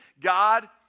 God